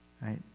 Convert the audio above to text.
Right